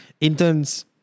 interns